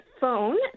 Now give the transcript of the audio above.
phone